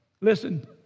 listen